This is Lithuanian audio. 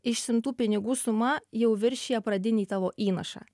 išsiimtų pinigų suma jau viršija pradinį tavo įnašą